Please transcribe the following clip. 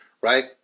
right